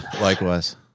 likewise